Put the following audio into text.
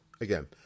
again